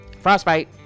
frostbite